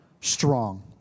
strong